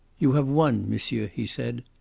you have won, monsieur, he said.